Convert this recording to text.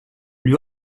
lui